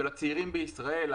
של הצעירים בישראל.